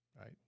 right